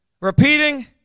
repeating